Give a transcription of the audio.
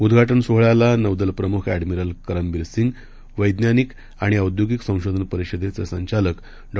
उद्घाटनसोहळ्यालानौदलप्रमुखएडमिरलकरमबीरसिंग वैज्ञानिकआणिऔद्योगिकसंशोधनपरिषदेचेसंचालकडॉ